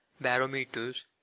barometers